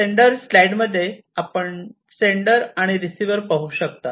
sender स्लाइडमध्ये आपण sender आणि रिसिव्हर पाहू शकतात